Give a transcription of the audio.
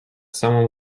someone